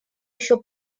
еще